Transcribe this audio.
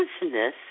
business